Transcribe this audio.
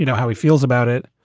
you know how he feels about it.